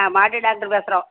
ஆ மாட்டு டாக்டர் பேசுகிறோம்